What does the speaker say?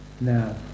now